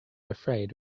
afraid